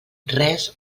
res